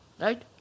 Right